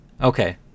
Okay